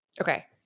Okay